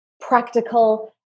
practical